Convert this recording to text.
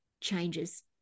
changes